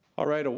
alright, ah